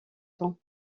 temps